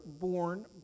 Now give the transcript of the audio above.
born